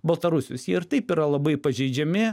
baltarusius jie ir taip yra labai pažeidžiami